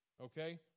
Okay